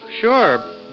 sure